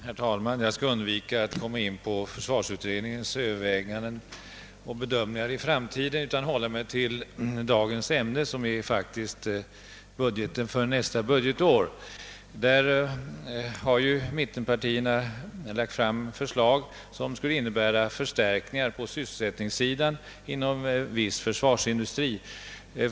Herr talman! Jag skall här inte ingå på försvarsutredningens överväganden och framtidsbedömningar utan i stället försöka hålla mig till dagens ämne, som faktiskt är budgeten för nästa år. Där har mittenpartierna lagt förslag, som innebär förstärkningar på sysselsättningssidan inom viss försvarsindustri.